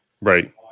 Right